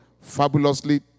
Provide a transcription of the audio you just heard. fabulously